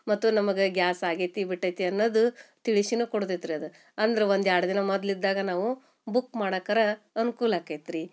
ಮತ್ತು ನಮ್ಗೆ ಗ್ಯಾಸ್ ಆಗೈತಿ ಬಿಟ್ಟೈತಿ ಅನ್ನೋದು ತಿಳಿಸಿನೂ ಕೊಡ್ತೈತೆ ರೀ ಅದು ಅಂದ್ರೆ ಒಂದು ಎರಡು ದಿನ ಮೊದ್ಲು ಇದ್ದಾಗ ನಾವು ಬುಕ್ ಮಾಡಕ್ಕಾರ ಅನುಕೂಲ ಆಕೈತೆ ರೀ